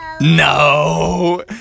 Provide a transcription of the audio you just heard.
No